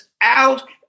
out